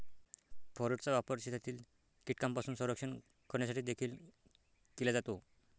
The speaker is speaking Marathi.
फोरेटचा वापर शेतातील कीटकांपासून संरक्षण करण्यासाठी देखील केला जातो